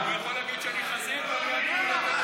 אה, הוא יכול להגיד שאני חזיר, לא לתת לי להגיב.